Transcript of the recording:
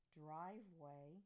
driveway